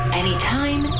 anytime